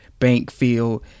Bankfield